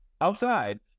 outside